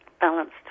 balanced